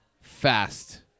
fast